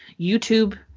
YouTube